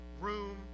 room